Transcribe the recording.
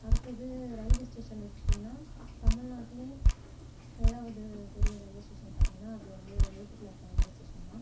அடுத்தது railway station எடுத்துக்கிட்டிங்கனா தமிழ்நாட்டிலே ஏழாவது பெரிய ரயில்வே ஸ்டேஷன் பார்த்தீங்கன்னா அது வந்து விழுப்புரத்தில் இருக்குற ரயில்வே ஸ்டேஷன் தான்